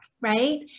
Right